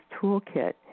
toolkit